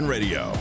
Radio